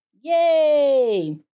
Yay